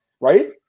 Right